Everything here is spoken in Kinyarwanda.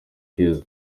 keza